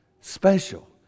special